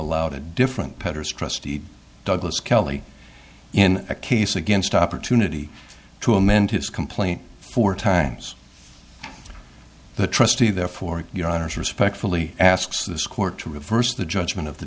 allowed a different petters trustee douglas kelly in a case against opportunity to amend his complaint four times the trustee therefore your honor is respectfully asks this court to reverse the judgment of the